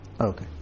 Okay